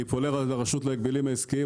אני פונה לרשות להגבלים עסקיים,